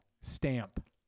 Stamp